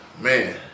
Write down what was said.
man